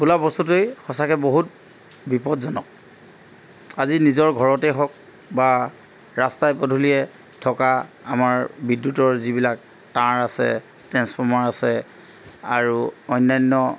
বোলা বস্তুটোৱেই সঁচাকৈ বহুত বিপদজনক আজি নিজৰ ঘৰতে হওক বা ৰাস্তাই পদূলীয়ে থকা আমাৰ বিদ্যুতৰ যিবিলাক তাঁৰ আছে ট্ৰেঞ্চফৰ্মাৰ আছে আৰু অন্যান্য